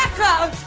ha